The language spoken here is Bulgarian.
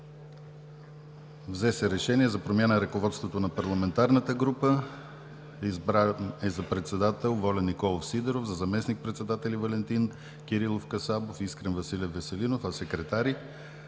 се взе решение за промяна в ръководството на парламентарната група. За председател е избран Волен Николов Сидеров, за заместник-председател Валентин Кирилов Касабов и Искрен Василев Веселинов. Секретари